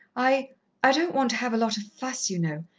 i i don't want to have a lot of fuss, you know.